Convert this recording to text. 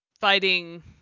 fighting